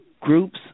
groups